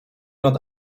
nad